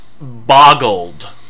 boggled